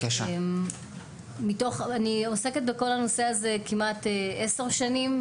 אני עוסקת בכל הנושא הזה כמעט עשר שנים,